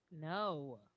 No